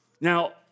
Now